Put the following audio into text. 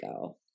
go